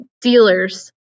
dealers